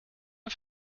mit